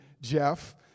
Jeff